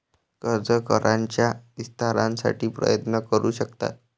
कर्ज कराराच्या विस्तारासाठी प्रयत्न करू शकतात